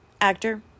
actor